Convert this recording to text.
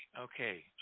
okay